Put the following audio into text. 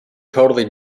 totally